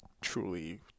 truly